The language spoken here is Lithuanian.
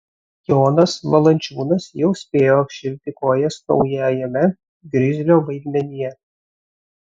jonas valančiūnas jau spėjo apšilti kojas naujajame grizlio vaidmenyje